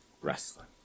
Wrestling